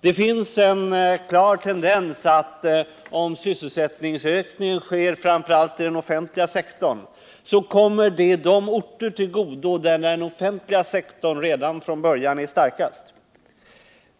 Det finns en klar tendens, om sysselsättningsökningen sker framför allt i den offentliga sektorn, till att det kommer de orter till godo där den offentliga sektorn redan från början är starkast.